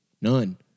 none